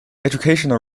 educational